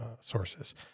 sources